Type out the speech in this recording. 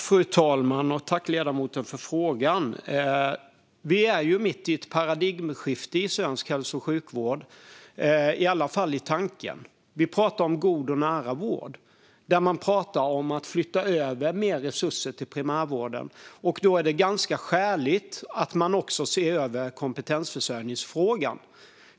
Fru talman! Jag tackar ledamoten för frågan. Vi är ju mitt i ett paradigmskifte i svensk hälso och sjukvård, i alla fall i tanken. Det pratas om god och nära vård, och det pratas om att flytta över mer resurser till primärvården. Då är det ganska skäligt att man också ser över kompetensförsörjningsfrågan.